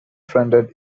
fronted